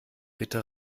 bitte